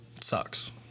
sucks